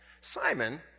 Simon